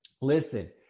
Listen